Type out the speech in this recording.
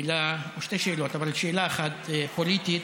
שתי שאלות, שאלה אחת פוליטית,